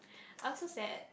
I'm so sad